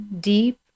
deep